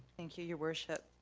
thank you your worship.